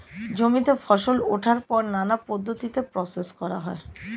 জমিতে ফসল ওঠার পর নানা পদ্ধতিতে প্রসেস করা হয়